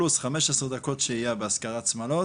+ 15 דקות שהייה בהשכרת שמלות.